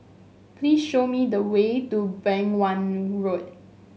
please show me the way to Beng Wan Road